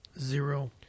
Zero